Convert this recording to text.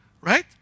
Right